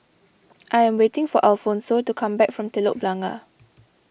I am waiting for Alfonso to come back from Telok Blangah